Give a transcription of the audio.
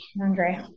Andre